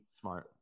Smart